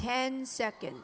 ten second